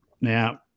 Now